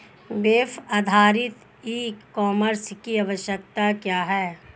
Web आधारित e commerce की आवश्यकता क्या है?